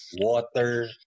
water